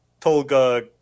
Tolga